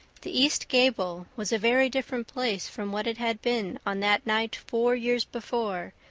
the east gable was a very different place from what it had been on that night four years before,